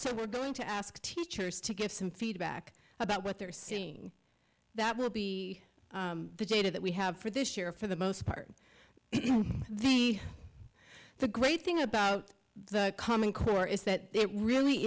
so we're going to ask teachers to give some feedback about what they're seeing that will be jaded that we have for this year for the most part the great thing about the common core is that it really